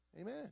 Amen